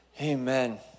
Amen